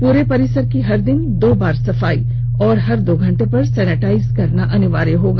पूरे परिसर की हर दिन दो बार सफाई और हर दो घंटे पर सेनेटाइर करना अनिवार्य होगा